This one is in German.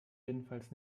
jedenfalls